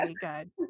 good